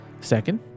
second